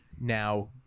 now